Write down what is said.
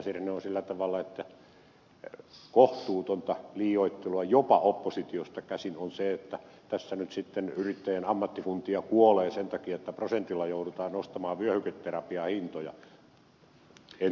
sirnö on sillä tavalla että kohtuutonta liioittelua jopa oppositiosta käsin on se että tässä nyt sitten yrittäjien ammattikuntia kuolee sen takia että prosentilla joudutaan nostamaan vyöhyketerapian hintoja